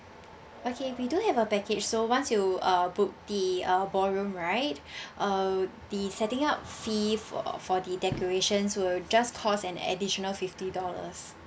okay we do have a package so once you uh book the uh ballroom right uh the setting up fee for for the decorations will just cost an additional fifty dollars